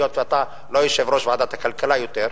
היות שאתה לא יושב-ראש ועדת הכלכלה יותר,